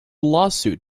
lawsuit